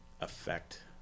affect